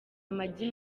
amagi